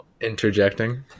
interjecting